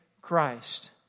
Christ